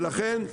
לכן,